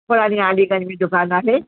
पुरानी अलीगंज में दुकानु आहे